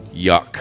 Yuck